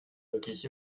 wirklich